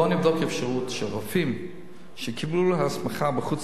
בוא נבדוק אפשרות שרופאים שקיבלו הסמכה בחוץ-לארץ,